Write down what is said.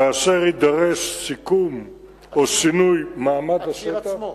כאשר יידרש סיכום או שינוי מעמד השטח, הציר עצמו.